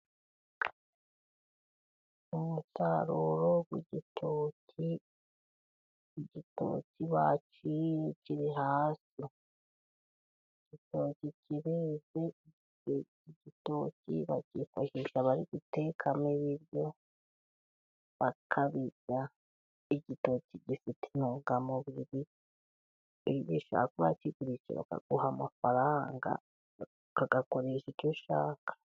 Umusaruro w'igituki, igitoki baciye kiri hasi, igitoki kireze igitoki bakifashisha bari guteka ibiryo, bakabirya, igitoki gifite intungamubiri. Ushobora kuba wakigurisha bakaguha amafaranga ukayakoresha icyo ushaka.